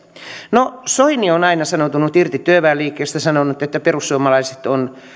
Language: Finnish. no soini on aina sanoutunut irti työväenliikkeestä sanonut että perussuomalaiset on